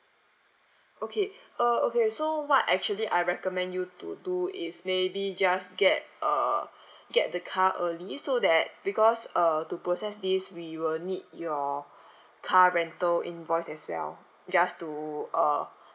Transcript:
okay uh okay so what actually I recommend you to do is maybe just get uh get the car early so that because uh to process this we will need your car rental invoice as well just to uh